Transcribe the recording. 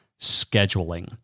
scheduling